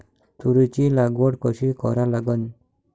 तुरीची लागवड कशी करा लागन?